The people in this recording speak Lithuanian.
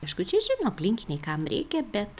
aišku čia žino aplinkiniai kam reikia bet